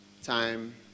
Time